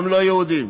גם ליהודים